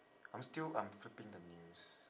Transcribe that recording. I'm still I'm flipping the news